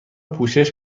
پوشش